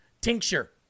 Tincture